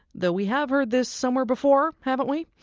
though we have heard this somewhere before, haven't we?